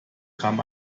kam